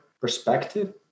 perspective